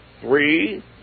Three